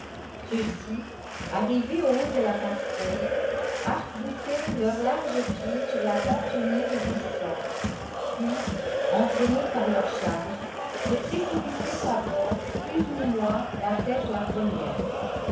ceux-ci arrivés au haut de la passerelle arcboutaient leurs larges pieds sur la pente unie et glissante puis entraînés par leur charge se précipitaient à bord plus ou moins la tête la première